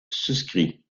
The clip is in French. suscrit